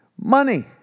Money